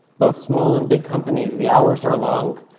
both small and big companies, the hours are long.